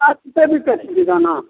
पचास रुपए बिकै छै बिदाना